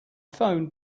phoned